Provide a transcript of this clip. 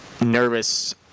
nervous